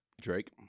Drake